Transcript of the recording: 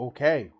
Okay